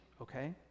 okay